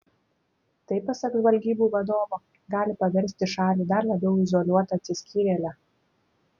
tai pasak žvalgybų vadovo gali paversti šalį dar labiau izoliuota atsiskyrėle